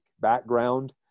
background